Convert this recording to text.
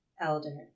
Elder